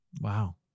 Wow